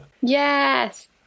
yes